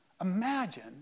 imagine